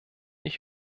ich